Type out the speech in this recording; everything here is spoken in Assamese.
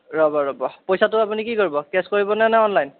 ৰ'ব ৰ'ব পইচাটো আপুনি কি কৰিব কেচ্ কৰিবনে নে অনলাইন